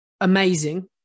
amazing